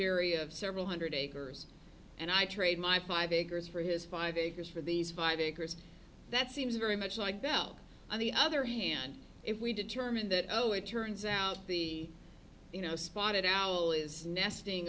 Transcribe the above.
area of several hundred acres and i trade my five acres for his five acres for these five acres that seems very much like bell on the other hand if we determine that oh it turns out be you know spotted owl is nesting